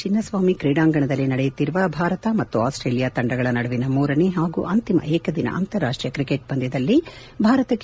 ಚಿನ್ನಸ್ವಾಮಿ ಕ್ರೀಡಾಂಗಣದಲ್ಲಿ ನಡೆಯುತ್ತಿರುವ ಭಾರತ ಮತ್ತು ಆಸ್ಟೇಲಿಯಾ ತಂಡಗಳ ನಡುವಿನ ಮೂರನೇ ಹಾಗೂ ಅಂತಿಮ ಏಕದಿನ ಅಂತಾರಾಷ್ಷೀಯ ಕ್ರಿಕೆಟ್ ಪಂದ್ಯದಲ್ಲಿ ಭಾರತಕ್ಕೆ